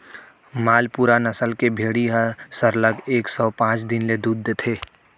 मालपुरा नसल के भेड़ी ह सरलग एक सौ पॉंच दिन ले दूद देथे